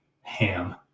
Ham